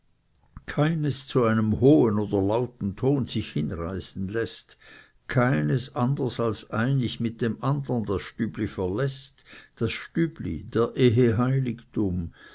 keines zu einem hohen oder lauten ton sich hinreißen läßt keines anders als einig mit dem andern das stübli verläßt das stübli der ehe heiligtum